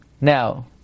Now